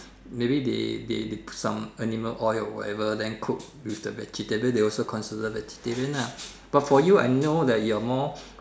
maybe they they they put some animal oil or whatever then cook with the vegetable they also consider vegetarian nah but for you I know that you are more